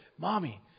Mommy